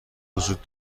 وجود